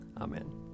Amen